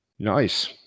Nice